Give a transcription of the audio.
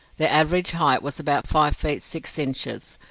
their average height was about five feet six inches,